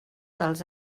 dels